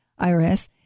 IRS